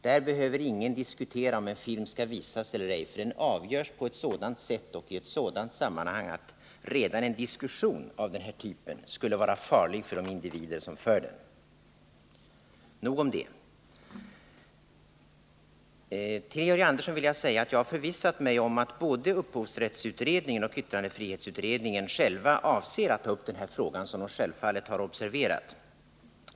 Där behöver ingen diskutera om en film skall visas eller ej, för det avgörs på ett sådant sätt och i ett sådant sammanhang att redan en diskussion av den här typen skulle vara farlig för de individer som för den. Till Georg Andersson vill jag säga att jag har förvissat mig om att både upphovsrättsutredningen och yttrandefrihetsutredningen själva avser att ta upp den här frågan, som de självfallet har observerat.